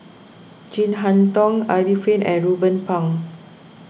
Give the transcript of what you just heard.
Chin Harn Tong Arifin and Ruben Pang